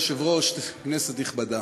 גברתי היושבת-ראש, כנסת נכבדה,